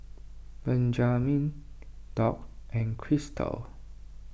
Benjamine Doc and Crysta